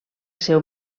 seu